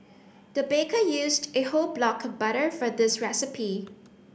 the baker used a whole block of butter for this recipe